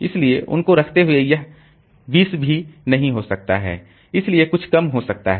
इसलिए उनको रखते हुए यह 20 नहीं हो सकता है इससे कुछ कम हो सकता है